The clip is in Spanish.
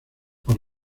por